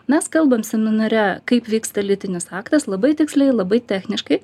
mes kalbam seminare kaip vyksta lytinis aktas labai tiksliai labai techniškai